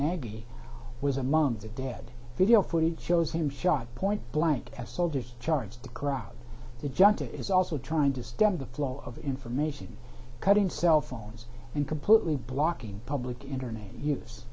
maggie was among the dead video footage shows him shot point blank as soldiers charged the crowd agenda is also trying to stem the flow of information cutting cell phones and completely blocking public internet use